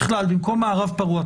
בכלל במקום מערב פרוע,